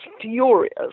furious